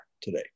today